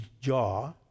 jaw